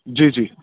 جی جی